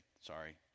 Sorry